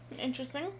Interesting